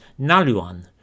Naluan